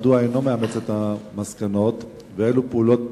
מדוע אינו מאמץ את המסקנות ואילו פעולות